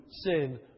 sin